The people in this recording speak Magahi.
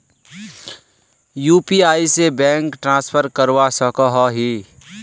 यु.पी.आई से बैंक ट्रांसफर करवा सकोहो ही?